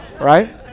right